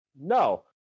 No